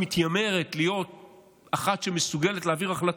שמתיימרת להיות אחת שמסוגלת להעביר החלטות,